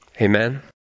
Amen